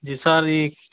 ଯେ ସାର୍ ଇ